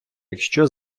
якщо